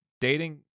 dating